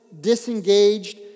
disengaged